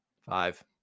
Five